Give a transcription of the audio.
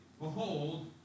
Behold